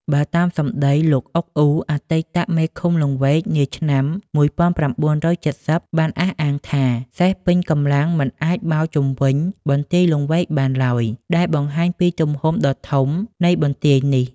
បើតាមសំដី លោក អ៊ុក អ៊ូ អតីតមេឃុំលង្វែកនាឆ្នាំ ១៩៧០ បានអះអាងថា សេះពេញកម្លាំងមិនអាចបោលជុំវិញបន្ទាយលង្វែកបានឡើយ ដែលបង្ហាញពីទំហំដ៏ធំធេងនៃបន្ទាយនេះ។